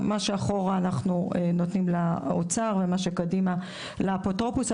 מה שאחורה אנחנו נותנים לאוצר ומה שקדימה לאפוטרופוס.